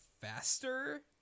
faster